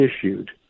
issued